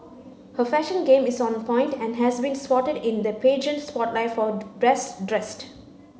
her fashion game is on point and has been spotted in the pageant spotlight for best dressed